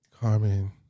Carmen